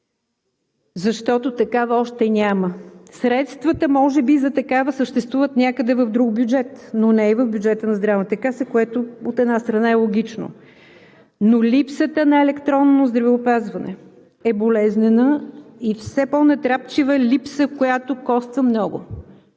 защото такава още няма. Средствата за такава може би съществуват някъде в друг бюджет, но не и в бюджета на Здравната каса, което, от една страна, е логично. Но липсата на електронно здравеопазване е болезнена и е все по-натрапчива липса, която коства много,